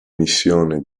missione